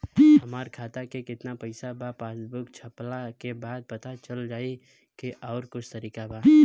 हमरा खाता में केतना पइसा बा पासबुक छपला के बाद पता चल जाई कि आउर कुछ तरिका बा?